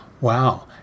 wow